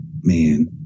Man